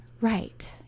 Right